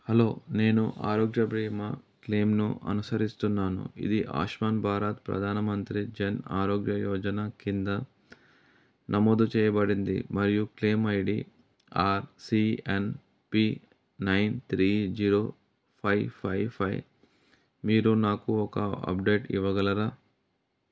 hello నేను ఆరోగ్యభీమా క్లెయిమ్ను అనుసరిస్తున్నాను ఇది ఆయుష్మాన్ భారత్ ప్రధానమంత్రి జన్ ఆరోగ్య యోజనా కింద నమోదు చేయబడింది మరియు claim ID RCNP nine three zero five five five మీరు నాకు ఒక అప్డేట్ ఇవ్వగలరా